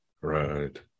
Right